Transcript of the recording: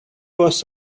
was